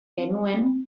genuen